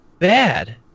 bad